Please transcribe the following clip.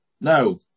no